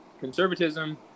conservatism